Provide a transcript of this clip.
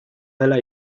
dela